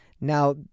Now